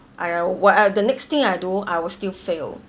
ah well while the next thing I do I will still fail